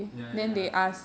ya ya ya